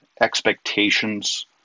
expectations